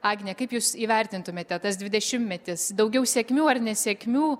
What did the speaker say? agnė kaip jūs įvertintumėte tas dvidešimtmetis daugiau sėkmių ar nesėkmių